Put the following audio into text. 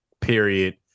period